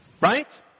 Right